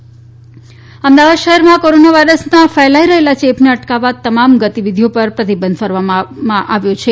Ahmedabad corona Ahmedabad શહેરમાં corona વાયરસના ફૈલાઈ રહેલા ચેપને અટકાવવા તમામ ગતિવિધિ પર પ્રતિબંધ ફરમાવવામાં આવ્યો છે